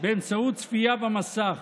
באמצעות צפייה במסך,